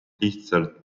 lihtsalt